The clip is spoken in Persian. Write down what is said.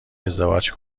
ازدواج